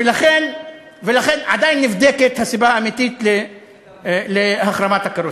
לכן עדיין נבדקת הסיבה האמיתית להחרמת הקרוסלה.